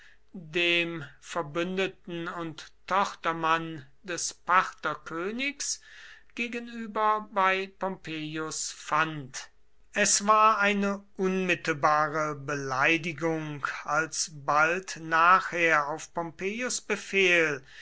dem verbündeten und tochtermann des partherkönigs gegenüber bei pompeius fand es war eine unmittelbare beleidigung als bald nachher auf pompeius befehl